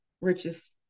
richest